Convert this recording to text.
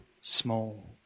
small